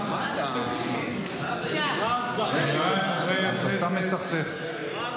אתה סתם מסכסך.